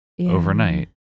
overnight